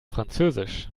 französisch